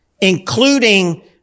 including